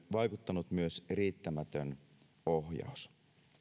vaikuttanut myös riittämätön ohjaus